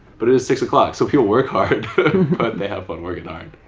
but it is six o'clock, so people work hard but they have fun working hard.